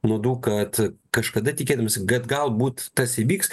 nuodų kad kažkada tikėdamiesi kad galbūt tas įvyks